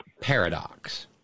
paradox